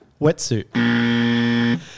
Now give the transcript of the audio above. Wetsuit